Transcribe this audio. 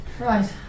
Right